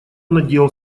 надел